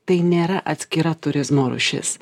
tai nėra atskira turizmo rūšis